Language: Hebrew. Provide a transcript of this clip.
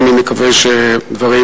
חברי חברי הכנסת,